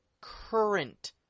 current